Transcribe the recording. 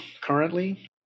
currently